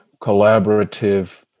collaborative